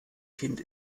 kind